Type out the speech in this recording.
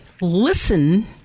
listen